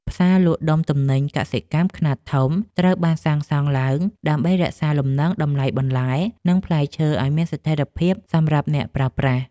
ផ្សារលក់ដុំទំនិញកសិកម្មខ្នាតធំត្រូវបានសាងសង់ឡើងដើម្បីរក្សាលំនឹងតម្លៃបន្លែ និងផ្លែឈើឱ្យមានស្ថិរភាពសម្រាប់អ្នកប្រើប្រាស់។